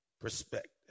perspective